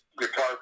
guitar